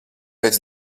pēc